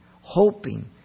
hoping